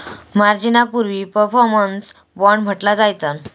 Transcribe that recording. मार्जिनाक पूर्वी performance bond म्हटला जायचा